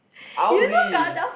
Audi